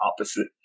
opposite